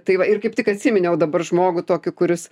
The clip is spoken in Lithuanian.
tai va ir kaip tik atsiminiau dabar žmogų tokį kuris